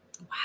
wow